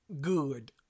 good